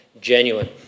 genuine